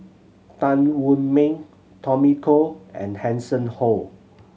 Tan Wu Meng Tommy Koh and Hanson Ho